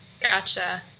Gotcha